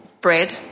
bread